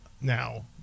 Now